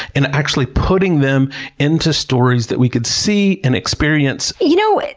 and actually putting them into stories that we could see and experience. you know,